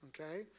okay